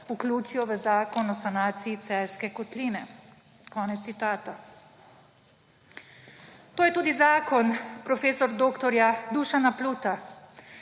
vključijo v zakon o sanaciji Celjske kotline.« To je tudi zakon prof. dr. Dušana Pluta,